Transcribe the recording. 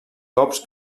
cops